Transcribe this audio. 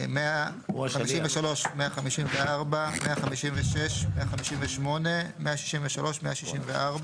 153, 154, 156, 158, 163, 164